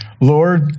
Lord